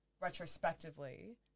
retrospectively